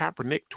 Kaepernick